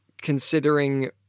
considering